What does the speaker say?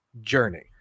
journey